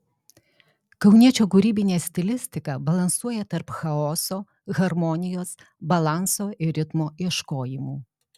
kauniečio kūrybinė stilistika balansuoja tarp chaoso harmonijos balanso ir ritmo ieškojimų